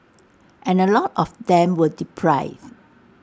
and A lot of them were deprived